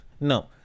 No